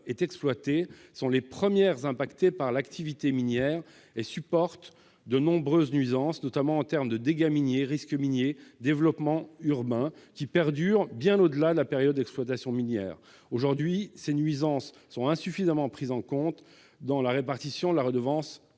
sont les premières touchées par l'activité minière et supportent de nombreuses nuisances, notamment en termes de dégâts miniers, de risques miniers, et de développement urbain, qui perdurent bien au-delà de la période d'exploitation minière. Aujourd'hui, ces nuisances sont insuffisamment prises en compte dans la répartition de la redevance communale